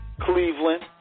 Cleveland